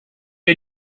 are